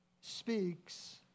speaks